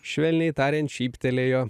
švelniai tariant šyptelėjo